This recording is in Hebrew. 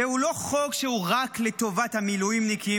זהו לא חוק שהוא רק לטובת המילואימניקים,